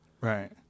Right